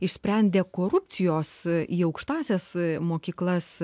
išsprendė korupcijos į aukštąsias mokyklas